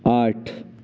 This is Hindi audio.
आठ